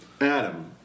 Adam